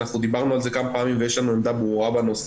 אנחנו דיברנו על זה כמה פעמים ויש לנו עמדה ברורה בנושא,